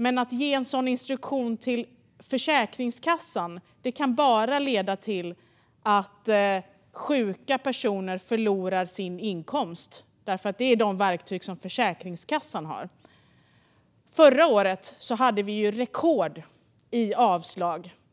Men att ge en sådan instruktion till Försäkringskassan kan bara leda till att sjuka personer förlorar sin inkomst, för det är det verktyg som Försäkringskassan har. Förra året, mitt i en pandemi, avslogs